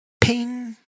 Ping